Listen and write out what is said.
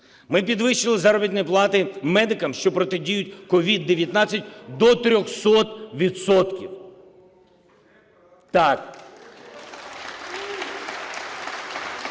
Ми підвищили заробітні плати медикам, що протидіють COVID-19 до 300